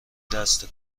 دست